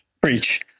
preach